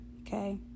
okay